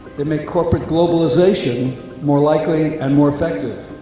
they make corporate globalisation more likely and more effective.